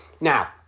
now